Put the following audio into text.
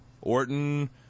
Orton